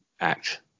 Act